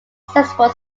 successful